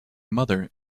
mother